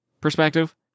perspective